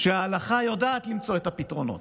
שההלכה יודעת למצוא את הפתרונות.